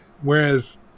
whereas